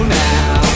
now